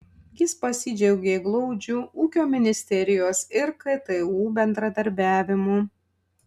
jis pasidžiaugė glaudžiu ūkio ministerijos ir ktu bendradarbiavimu